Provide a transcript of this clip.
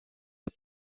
aux